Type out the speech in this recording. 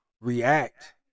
react